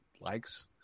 likes